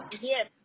yes